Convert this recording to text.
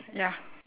ya